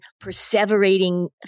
perseverating